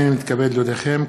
הנני מתכבד להודיעכם,